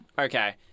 Okay